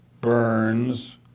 Burns